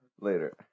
Later